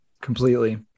Completely